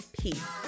peace